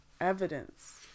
evidence